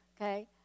Okay